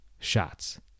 shots